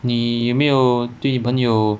你有没有对你朋友